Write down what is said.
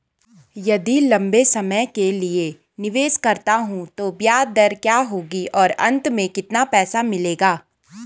यदि लंबे समय के लिए निवेश करता हूँ तो ब्याज दर क्या होगी और अंत में कितना पैसा मिलेगा?